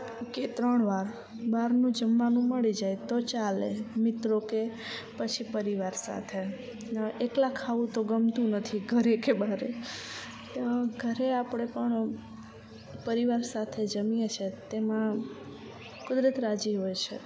કે ત્રણ વાર બારનું જમવાનું મડી જાય તો ચાલે મિત્રો કે પછી પરિવાર સાથે એકલા ખાવું તો ગમતું નથી ઘરે કે બહારે ઘરે આપડે પણ પરિવાર સાથે જમીએ છે તેમાં કુદરત રાજી હોય છે